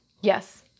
Yes